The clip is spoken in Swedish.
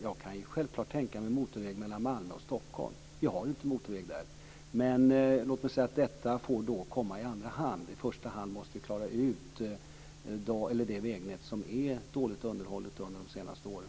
Jag kan självfallet tänka mig en motorväg mellan Malmö och Stockholm. Vi har inte motorväg där. Men låt mig säga att detta får komma i andra hand. I första hand måste vi ta hand om det vägnät som har underhållits dåligt under de senaste åren.